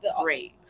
great